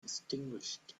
extinguished